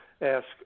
ask